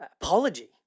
Apology